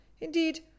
Indeed